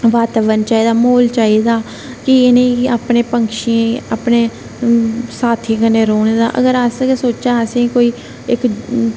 बाताबरण चाहिदा माहोल चाहिदा कि इनेंगी अपने पक्षी गी अपने साथी कन्नै रौहने दा अगर अस गै सोचो असें गी कोई इक